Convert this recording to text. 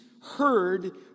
heard